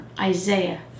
Isaiah